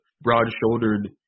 broad-shouldered